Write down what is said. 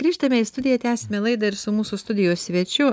grįžtame į studiją tęsiame laidą ir su mūsų studijos svečiu